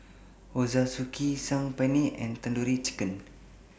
Ochazuke Saag Paneer and Tandoori Chicken